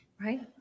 right